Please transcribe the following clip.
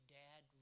dad